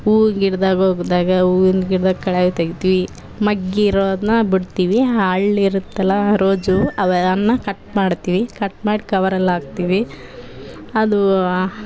ಹೂವು ಗಿಡ್ದಾಗೆ ಹೋದಾಗ ಹೂವಿನ್ ಗಿಡ್ದಾಗೆ ಕಳೆ ತೆಗಿತೀವಿ ಮೊಗ್ಗು ಇರೋದ್ನ ಬಿಡ್ತೀವಿ ಅರಳಿ ಇರತ್ತಲ್ಲ ರೋಜು ಅವನ್ನು ಕಟ್ ಮಾಡ್ತೀವಿ ಕಟ್ ಮಾಡಿ ಕವರಲ್ಲಿ ಹಾಕ್ತೀವಿ ಅದು